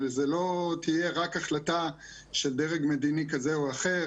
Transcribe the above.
וזו לא תהיה רק החלטה של דרג מדיני כזה או אחר,